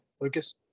Lucas